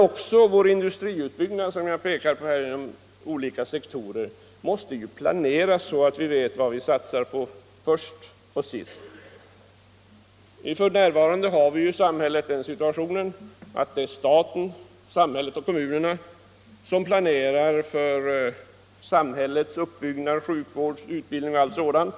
Även vår industriutbyggnad inom olika sektorer måste planeras så att vi vet vad vi satsat på först och sist. F.n. har vi den situationen att det är samhället, staten och kommunerna, som planerar samhällets uppbyggnad, sjukvård, utbildning och allt sådant.